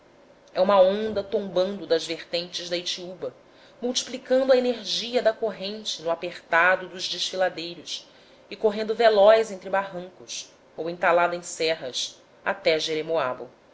é uma onda tombando das vertentes da itiúba multiplicando a energia da corrente no apertado dos desfiladeiros e correndo veloz entre barrancos ou entalada em serras até jeremoabo